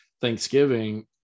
thanksgiving